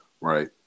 Right